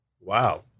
Wow